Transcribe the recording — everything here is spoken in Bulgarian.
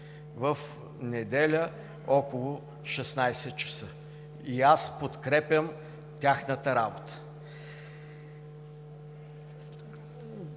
в неделя около 16,00 ч. И аз подкрепям тяхната работа!